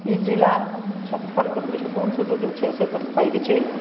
ई जिला क्षेत्रफलके दृष्टिकोणसँ जे छै से तऽ पैघ छै